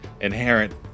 inherent